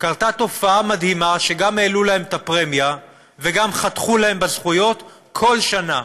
קרתה תופעה מדהימה: גם העלו להם את הפרמיה וגם חתכו להם בזכויות כל שנה.